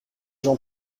jean